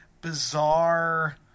bizarre